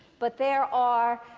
but there are